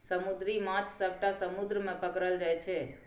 समुद्री माछ सबटा समुद्र मे पकरल जाइ छै